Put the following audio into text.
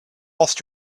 lost